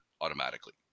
automatically